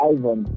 Ivan